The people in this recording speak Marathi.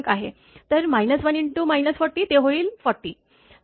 तर 1× 40 ते 40 होईल